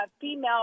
female